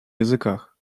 языках